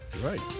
Right